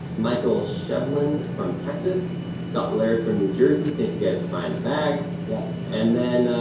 michael chevland from texas, scott laird from new jersey. thank you guys for buying the bags. yup. and then,